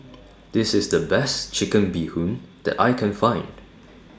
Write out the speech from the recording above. This IS The Best Chicken Bee Hoon that I Can Find